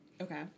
Okay